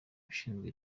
ushinzwe